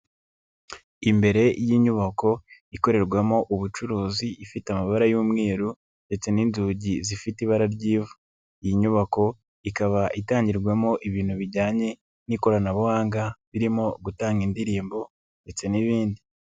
Imbere y'inyubako ikorerwamo ubucuruzi ifite amabara y'umweru ndetse n'inzugi zifite ibara ry'ivu, iyi nyubako ikaba itangirwamo ibintu bijyanye n'ikoranabuhanga, birimo gutanga indirimbo ndetse n'ibindi.